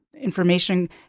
information